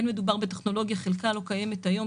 מדובר בטכנולוגיה שחלקה לא קיימת היום.